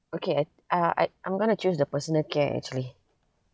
okay I uh I I'm going to choose the personal care actually